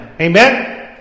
Amen